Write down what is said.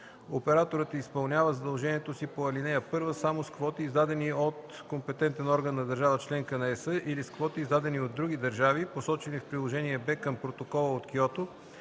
Операторът изпълнява задължението си по ал. 1 само с квоти, издадени от компетентен орган на държава – членка на ЕС, или с квоти, издадени от други държави, посочени в приложение Б към Протокола от Киото,